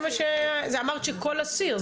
אמרת שכל אסיר,